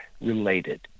related